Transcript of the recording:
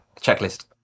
Checklist